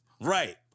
Right